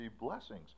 blessings